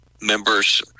members